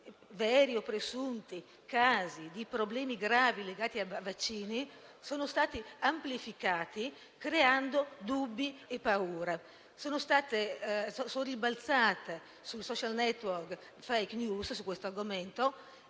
(veri o presunti) di problemi gravi legati a vaccini sono stati amplificati, creando dubbi e paure. Sono rimbalzate sui *social network fake news* su questo argomento